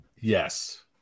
Yes